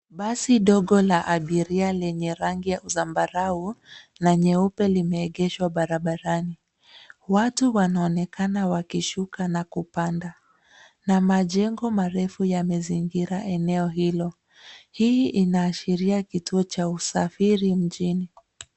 Basi dogo la abiria lenye rangi ya zambarau na nyeupe limeegeshwa barabarani. Watu wanaonekana wakishuka na kupanda na majengo marefu yamezingira eneo hilo. Hii inaashiria kituo cha usafiri mjini.